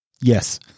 Yes